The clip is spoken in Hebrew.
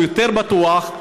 שהוא יותר בטוח,